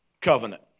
Covenant